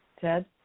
Ted